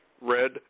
red